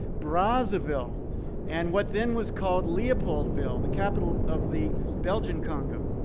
brazzaville and what then was called leopoldville, the capital of the belgian congo.